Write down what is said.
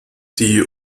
die